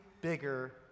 bigger